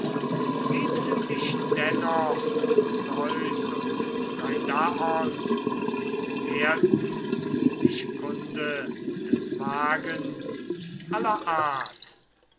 liebten dich dennoch zeus und poseidaon und lehrten dich kunde des wagens aller art